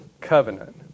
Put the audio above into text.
covenant